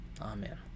Amen